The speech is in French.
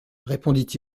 répondit